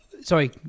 Sorry